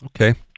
Okay